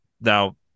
now